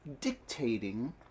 dictating